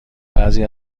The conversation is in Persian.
بعضی